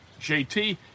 JT